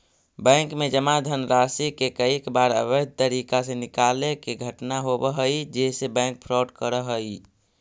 bank में जमा धनराशि के कईक बार अवैध तरीका से निकाले के घटना होवऽ हइ जेसे बैंक फ्रॉड करऽ हइ